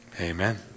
Amen